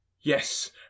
Yes